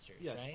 Yes